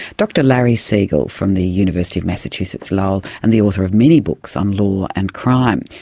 dr larry siegel from the university of massachusetts-lowell and the author of many books on law and crime.